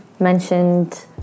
mentioned